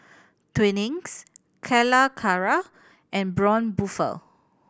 Twinings Calacara and Braun Buffel